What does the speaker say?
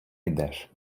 йдеш